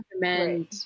recommend